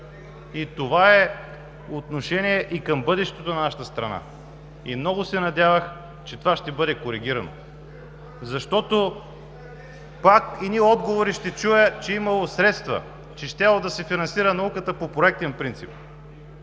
Това е отношение и към бъдещето на нашата страна. Много се надявах, че това ще бъде коригирано. Защото пак ще чуя едни отговори, че имало средства, че щяло да се финансира науката по проектен принцип.